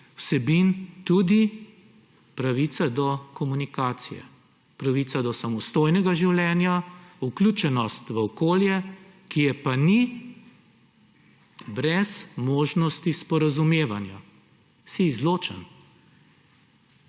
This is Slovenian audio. vsebin tudi pravica do komunikacija, pravica do samostojnega življenja, vključenost v okolje, ki je pa ni brez možnosti sporazumevanja. Si izločen.